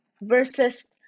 Versus